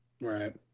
right